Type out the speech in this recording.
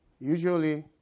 Usually